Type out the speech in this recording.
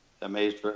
amazed